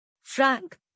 Frank